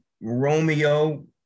Romeo